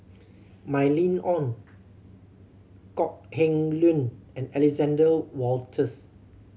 Mylene Ong Kok Heng Leun and Alexander Wolters